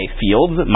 fields